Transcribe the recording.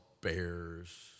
bears